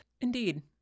Indeed